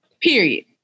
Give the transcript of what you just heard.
Period